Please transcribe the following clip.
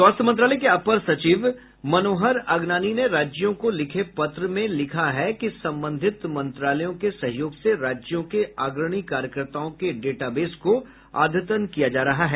स्वास्थ्य मंत्रालय के अपर सचिव मनोहर अगनानी ने राज्यों को लिखे पत्र में लिखा है कि संबंधित मंत्रालयों के सहयोग से राज्यों के अग्रणी कार्यकर्ताओं के डेटाबेस को अद्यतन किया जा रहा है